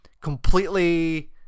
completely